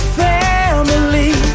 family